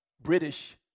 British